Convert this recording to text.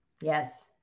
Yes